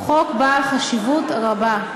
הוא חוק בעל חשיבות רבה.